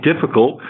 difficult